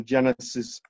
Genesis